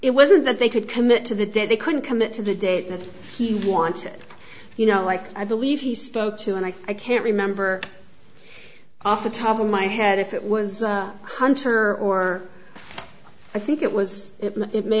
it wasn't that they could commit to that that they couldn't commit to the date that he wanted you know like i believe he spoke to and i i can't remember off the top of my head if it was hunter or i think it was it